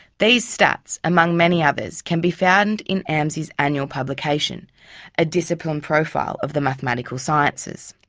these stats, among many others, can be found in amsi's annual publication a discipline profile of the mathematical sciences.